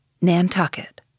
Nantucket